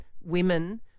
women